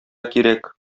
кирәк